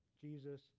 Jesus